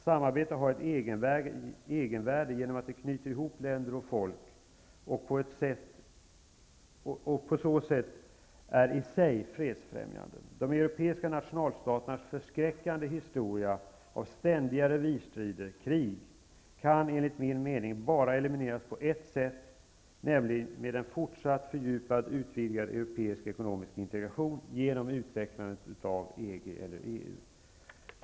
Samarbete har ett egenvärde genom att det knyter ihop länder och folk på ett sätt som i sig är fredsfrämjande. De europeiska nationalstaternas förskräckande historia av ständiga revirstrider och krig kan enligt min mening bara elimineras på ett sätt, nämligen med en fortsatt, fördjupad och utvidgad europeisk ekonomisk integration genom utvecklandet av EG eller EU.